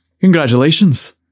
Congratulations